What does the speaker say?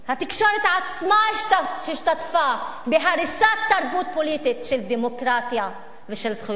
התקשורת עצמה השתתפה בהריסת תרבות פוליטית של דמוקרטיה ושל זכויות אדם,